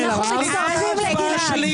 אבל תקשיבו לו, תקשיבו לו.